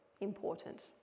important